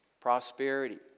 Prosperity